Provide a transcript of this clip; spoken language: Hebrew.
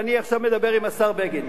אני עכשיו מדבר עם השר בגין.